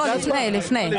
לא, לפני, לפני.